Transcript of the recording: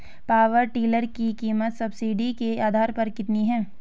Power tiller की कीमत subsidy के आधार पर कितनी है?